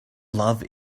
love